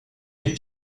les